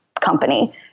company